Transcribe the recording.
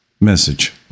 message